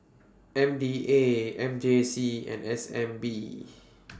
M D A M J C and S N B